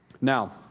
Now